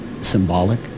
symbolic